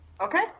Okay